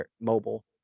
Mobile